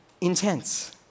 intense